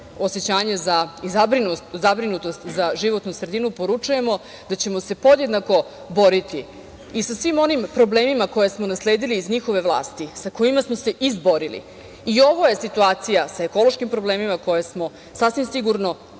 osećanje i zabrinutost za životnu sredinu, poručujemo da ćemo se podjednako boriti i sa svim onim problemima koje smo nasledili iz njihove vlasti, sa kojima smo se izborili. I ovo je situacija, sa ekološkim problemima, koju sasvim sigurno